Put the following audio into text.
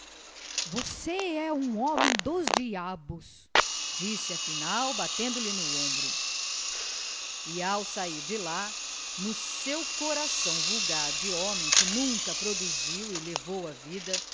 você é um homem dos diabos disse afinal batendo-lhe no ombro e ao sair de lá no seu coração vulgar de homem que nunca produziu e levou a vida